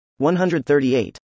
138